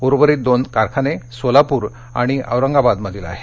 उर्वरित दोन कारखाने सोलापूर आणि औरंगाबादमधील आहेत